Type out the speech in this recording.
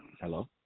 Hello